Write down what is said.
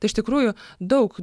tai iš tikrųjų daug